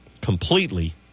completely